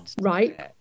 right